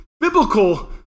biblical